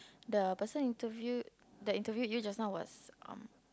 the person interview the interview you just now was